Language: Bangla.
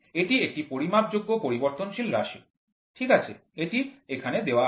এটি একটি পরিমাপযোগ্য পরিবর্তনশীল রাশি ঠিক আছে এটি এখানে দেওয়া আছে